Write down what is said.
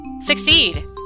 succeed